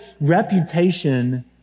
reputation